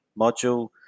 module